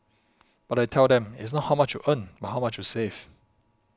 but I tell them it's not how much you earn but how much you save